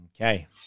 Okay